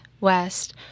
west